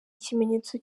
ikimenyetso